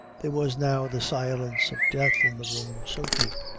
there was now the silence of death in the room so deep,